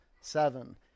seven